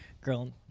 girl